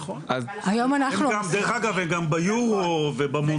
נכון, הם גם דרך אגב הם גם ביורו ובמונדיאל.